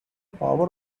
power